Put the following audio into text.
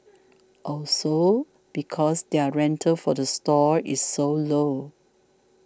also because their rental for the stall is so low